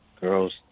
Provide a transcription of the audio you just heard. girl's